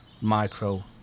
micro